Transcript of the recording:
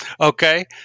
Okay